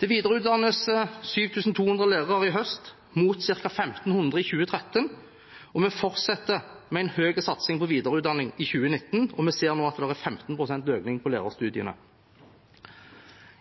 Det videreutdannes 7 200 lærere i høst, mot ca. 1 500 i 2013. Vi fortsetter med en høy satsing på videreutdanning i 2019, og vi ser nå en 15 pst. økning på lærerstudiene.